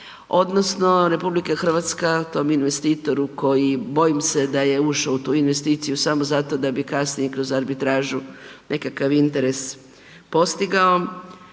odnosno RH tom investitoru koji bojim se da je ušao u tu investiciju samo zato da bi kasnije kroz arbitražu nekakav interes postigao,